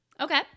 Okay